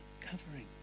Covering